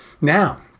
Now